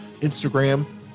instagram